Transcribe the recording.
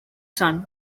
son